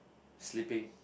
sleeping